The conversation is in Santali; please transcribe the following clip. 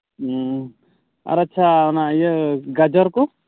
ᱦᱮᱸ ᱟᱨ ᱟᱪᱪᱷᱟ ᱚᱱᱟ ᱤᱭᱟᱹ ᱜᱟᱡᱚᱨ ᱠᱚ